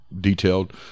detailed